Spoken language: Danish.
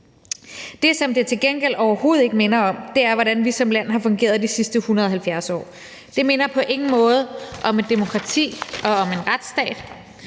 Det, som det til gengæld overhovedet ikke minder om, er, hvordan vi som land har fungeret de sidste 170 år. Det minder på ingen måde om et demokrati og om en retsstat.